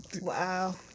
Wow